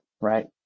right